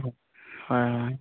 হয় হয়